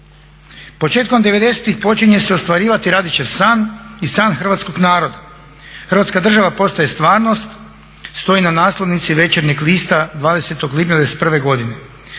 Početkom '90.-tih počinje se ostvarivati Radićev san i san hrvatskog naroda, Hrvatska država postaje stvarnost, stoji na naslovnici Večernjeg lista 20. lipnja '91. godine.